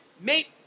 mate